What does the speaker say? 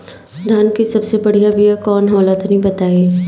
धान के सबसे बढ़िया बिया कौन हो ला तनि बाताई?